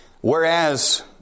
whereas